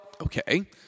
okay